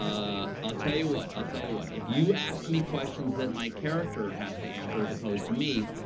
i'll tell you what. i'll tell you what. if you ask me questions that my character has to answer as opposed to me,